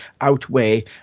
outweigh